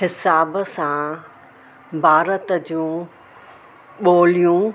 हिसाब सां भारत जूं ॿोलियूं